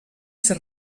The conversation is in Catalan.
ser